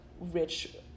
rich